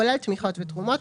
כולל תמיכות ותרומות,